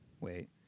wait